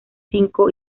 cinco